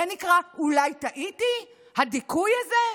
זה נקרא אולי טעיתי, הדיכוי הזה?